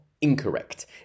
incorrect